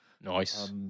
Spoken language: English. Nice